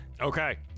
Okay